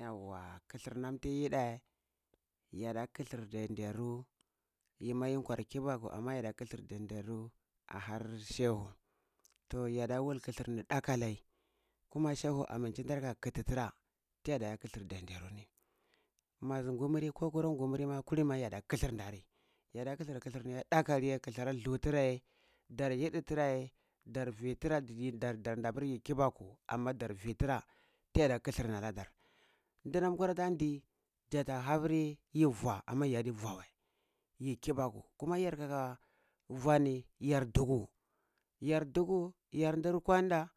Yauwa kitir nam tiyi ɗei, yarda kithir dan deru yima yi kwar kibaku amma yada kithir danderu a har shehu, toh yada wul kithir ni ɗaka lai, kuma shehu amince tira ka kithi tira tiyada kithir danderu ni, mazu ngumuri ko kura ngumuri ma kulini ma yada kithir dari, yarda kithir kithir kiye ɗaka riye kithir dlu tiraye ɗər yidi tira ye da vi tira danda pur yi kibaku amma dar vi tira tiyada kithir aladar. Dnam kuram ta ndi jata ha puri yi vua, amma ya di vua wei yi kiɓaku kuma yar kaka vwa ni yarduku, yar duku yar ndir kwandə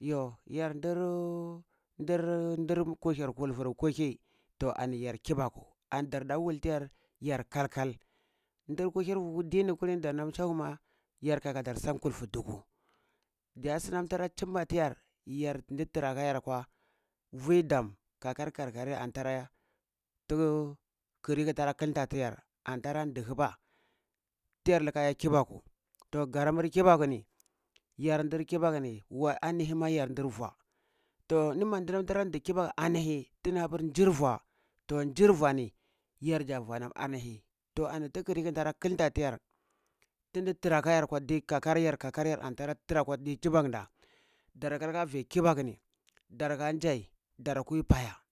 yo ya ndiru ndiru ndir ndir kuhir kulfur kahi to ani yar kiɓəku ani danda wul tiyar yar kalkal dir kuhir dini kulini dan nam shehu ma, ya kakaɗər san kulfu duku gye sinam tara chima tiyar, yar ndi tiraka yar kwa vi dəm kakar kar gari antara tu klika tara klinta tiyar antar dhuhuba tiyar likla ye kiɓaku ts garamur kibaku ni yar ndir kibaku ni wa anihi ma yar ndir vua, tsh ini mandinam tara ndi kiɓaku anihi tini hapur jir vuah, to njir vua ni yarja vue nam anihi to ani tikdi ki tara ƙinta tiyar tindi tira ka yar kwadi kakayar kakayar antara tira kwa vi chibak da dar ka lika vi kiɓəkuni dar kan jai dar kwui paya